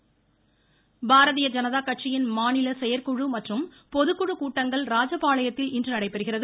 இராதாகிருஷ்ணன் பாரதீய ஜனதா கட்சியின் மாநில செயற்குழு மற்றும் பொதுக்குழுக் கூட்டங்கள் ராஜபாளையத்தில் இன்று நடைபெறுகிறது